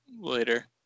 later